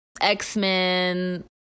X-Men